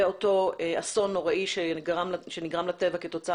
ואותו אסון נוראי שנגרם לטבע כתוצאה